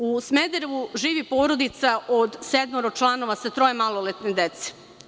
U Smederevu živi porodica od sedmoro članova sa troje maloletne dece.